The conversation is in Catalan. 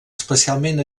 especialment